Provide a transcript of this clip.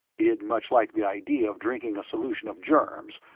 he didn't much like the idea of drinking a solution of germs,